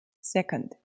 Second